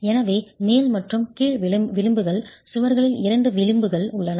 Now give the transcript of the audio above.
எனவே மேல் மற்றும் கீழ் விளிம்புகள் சுவர்களில் இரண்டு விளிம்புகள் உள்ளன